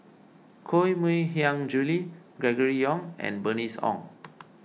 Koh Mui Hiang Julie Gregory Yong and Bernice Ong